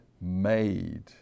made